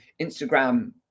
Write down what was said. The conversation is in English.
Instagram